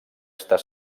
estar